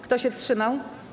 Kto się wstrzymał?